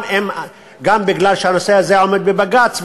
גם בגלל שהנושא הזה עומד בבג"ץ,